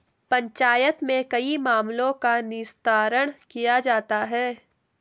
पंचायत में कई मामलों का निस्तारण किया जाता हैं